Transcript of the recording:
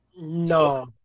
No